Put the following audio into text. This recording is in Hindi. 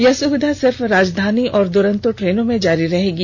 यह सुविधा सिर्फ राजधानी और द्रंतो ट्रेन में जारी रहेगी